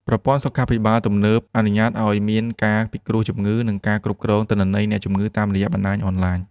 ប្រព័ន្ធសុខាភិបាលទំនើបអនុញ្ញាតឱ្យមានការពិគ្រោះជំងឺ និងការគ្រប់គ្រងទិន្នន័យអ្នកជំងឺតាមរយៈបណ្ដាញអនឡាញ។